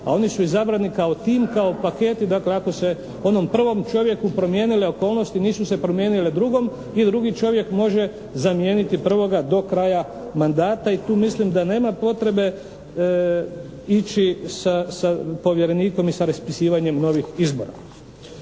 a oni su izabrani kao tim, kao paketi, dakle ako se onom prvom čovjeku promijenile okolnosti, nisu se promijenile drugom, i drugi čovjek može zamijeniti prvoga do kraja mandata i tu mislim da nema potrebe ići sa povjerenikom i sa raspisivanjem novih izbora.